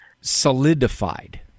solidified